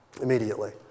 immediately